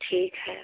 ठीक है